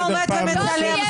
אבל ניתן להם המשקל הנכון.